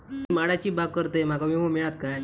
मी माडाची बाग करतंय माका विमो मिळात काय?